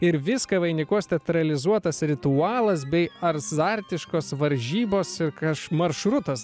ir viską vainikuos teatralizuotas ritualas bei azartiškos varžybos kas maršrutas